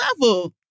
level